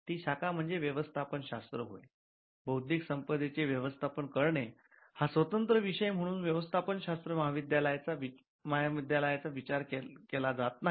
ती शाखा म्हणजे व्यवस्थापन शास्त्र होय बौद्धिक संपदेचे व्यवस्थापन करणे हा स्वतंत्र विषय म्हणून व्यवस्थापन शास्त्र महाविद्यालयाचा विचार केला जात नाही